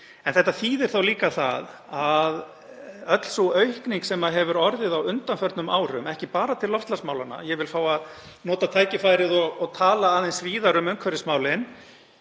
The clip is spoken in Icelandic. En þetta þýðir líka að öll sú aukning sem hefur orðið á undanförnum árum, ekki bara til loftslagsmálanna — ég vil fá að nota tækifærið og tala aðeins víðar um umhverfismálin